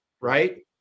right